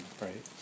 right